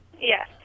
Yes